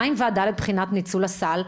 מה עם ועדה לבחינת ניצול הסל?